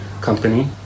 company